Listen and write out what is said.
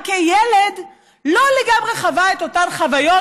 סתיו, רבע שעה של עליית הפודיום.